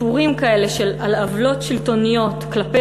סיפורים כאלה על עוולות שלטוניות כלפי